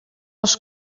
els